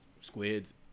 squids